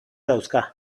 dauzka